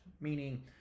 Meaning